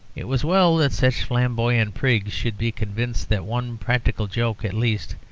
it was well that such flamboyant prigs should be convinced that one practical joke, at least,